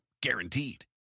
guaranteed